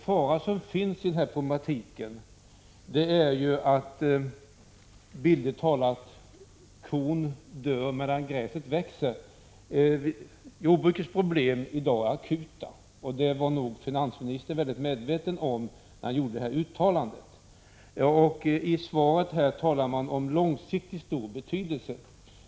Faran ligger bildligt talat i att kon kan dö medan gräset växer. Jordbrukets problem är i dag akuta, och det var nog finansministern mycket medveten om när han gjorde sitt uttalande. I svaret står det att energigrödorna på lång sikt kan få stor betydelse.